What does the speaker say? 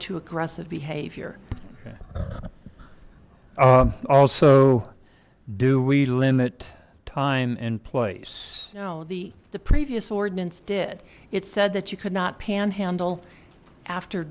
to aggressive behavior also do we limit time in place you know the the previous ordinance did it said that you could not panhandle after